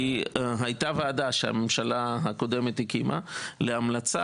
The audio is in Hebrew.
הייתה ועדה שהממשלה הקודמת הקימה להמלצה